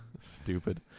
stupid